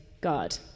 God